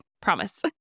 promise